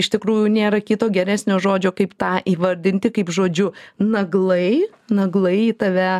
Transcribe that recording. iš tikrųjų nėra kito geresnio žodžio kaip tą įvardinti kaip žodžiu naglai naglai į tave